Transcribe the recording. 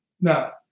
Now